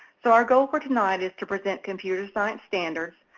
so our goal for tonight is to present computer science standards,